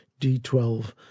D12